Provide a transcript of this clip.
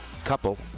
couple